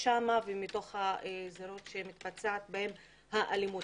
שם ומתוך הגזרות שמתבצעת בהם האלימות.